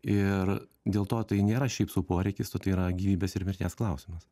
ir dėl to tai nėra šiaip sau poreikis o tai yra gyvybės ir mirties klausimas